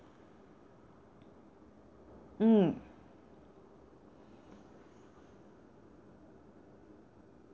mm